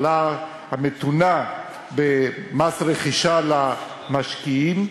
ההעלאה המתונה במס רכישה למשקיעים,